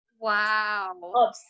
Wow